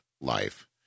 life